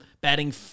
batting